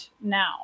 now